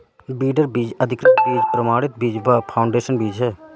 breeder बीज, अधिकृत बीज, प्रमाणित बीज व फाउंडेशन बीज है